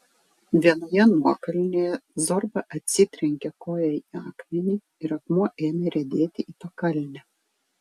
vienoje nuokalnėje zorba atsitrenkė koja į akmenį ir akmuo ėmė riedėti į pakalnę